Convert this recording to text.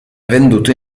venduto